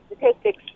statistics